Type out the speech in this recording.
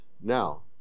Now